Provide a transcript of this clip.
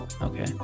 Okay